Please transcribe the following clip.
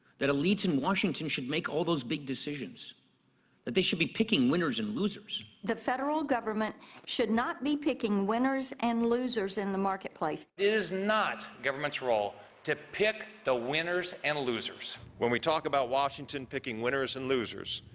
that elites in washington should make all those big decisions. that they should be picking winners and losers. the federal government should not be picking winners and losers in the marketplace. it is not government's role to pick the winners and losers. when we talk about washington picking winners and losers,